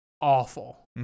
awful